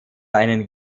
einen